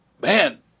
Man